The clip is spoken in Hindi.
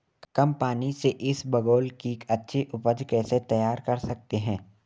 कम पानी से इसबगोल की अच्छी ऊपज कैसे तैयार कर सकते हैं?